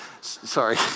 sorry